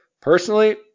Personally